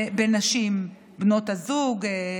בנשים, בבנות הזוג,